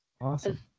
awesome